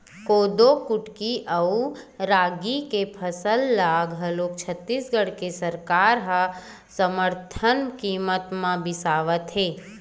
कोदो कुटकी अउ रागी के फसल ल घलोक छत्तीसगढ़ के सरकार ह समरथन कीमत म बिसावत हे